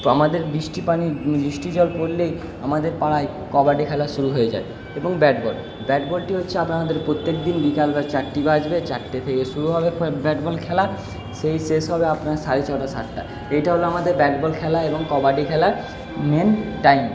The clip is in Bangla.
তো আমাদের মিষ্টি পানি মিষ্টি জল পড়লেই আমাদের পাড়ায় কবাডি খেলা শুরু হয়ে যায় এবং ব্যাট বল ব্যাট বলটি হচ্ছে আপনাদের প্রত্যেক দিন বিকাল বা চারটি বাজবে চারটে থেকে শুরু হবে ব্যাট বল খেলা সেই শেষ হবে আপনার সাড়ে ছটা সাতটায় এইটা হলো আমাদের ব্যাট বল খেলা এবং কবাডি খেলার মেন টাইম